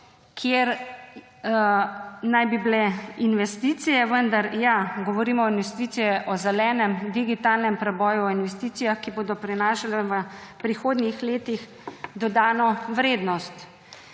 kjer naj bi bile investicije, vendar, ja, govorimo o investicijah o zelenem, digitalnem preboju, o investicijah, ki bodo prinašale v prihodnjih letih dodano vrednost.